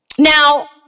Now